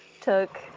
took